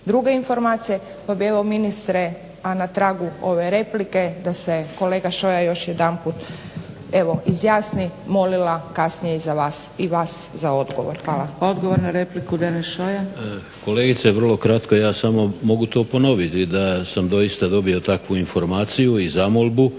druge informacije. Pa bih evo ministre a na tragu ove replike da se kolega Šoja još jedanput evo izjasni molila kasnije i vas za odgovor. Hvala. **Zgrebec, Dragica (SDP)** Odgovor na repliku, Deneš Šoja. **Šoja, Deneš (Nezavisni)** Kolegice vrlo kratko, ja samo mogu to ponoviti da sam doista dobio takvu informaciju i zamolbu